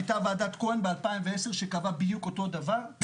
הייתה ועדת כהן ב-2010 שקבעה בדיוק אותו דבר,